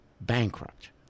bankrupt